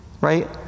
Right